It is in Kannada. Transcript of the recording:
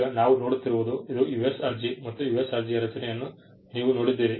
ಈಗ ನಾವು ನೋಡುತ್ತಿರುವುದು ಇದು US ಅರ್ಜಿ ಮತ್ತು US ಅರ್ಜಿಯ ರಚನೆಯನ್ನು ನೀವು ನೋಡಿದ್ದೀರಿ